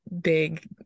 big